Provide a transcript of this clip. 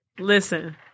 Listen